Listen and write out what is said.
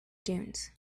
dunes